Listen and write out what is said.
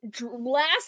last